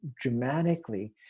dramatically